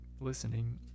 listening